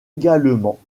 également